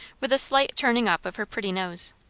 with a slight turning up of her pretty nose.